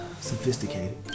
sophisticated